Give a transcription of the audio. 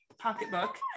pocketbook